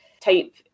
type